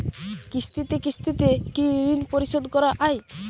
কিস্তিতে কিস্তিতে কি ঋণ পরিশোধ করা য়ায়?